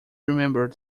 remember